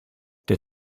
der